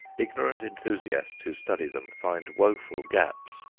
ignorant enthusiasts who study them find woeful gaps.